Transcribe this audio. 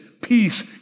peace